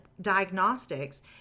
diagnostics